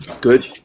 Good